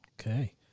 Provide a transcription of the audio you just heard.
Okay